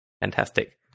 Fantastic